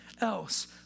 else